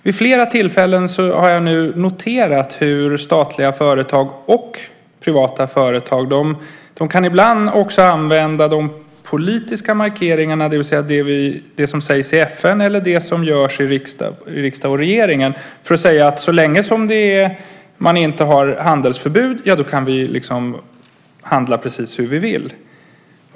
Vid flera tillfällen har jag nu noterat hur statliga företag och privata företag ibland kan använda de politiska markeringarna, det som sägs i FN eller det som görs i riksdag och regering, för att säga att så länge man inte har handelsförbud kan man handla precis hur man vill.